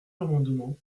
l’amendement